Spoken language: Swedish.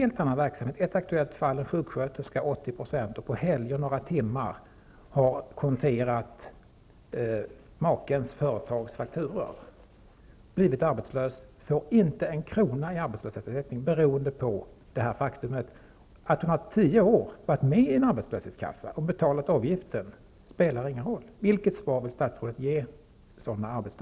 Ett aktuellt fall gäller en person som arbetat som sjuksköterska till 80 % och som på helger under några timmar har konterat makens företagsfakturor. När vederbörande blivit arbetslös har hon inte fått en krona i arbetslöshetsersättning. Det faktum att hon varit med i en arbetslöshetskassa under tio år och betalat avgiften till den spelar ingen roll.